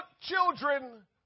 children